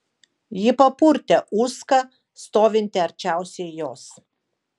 ji papurtė uską stovintį arčiausiai jos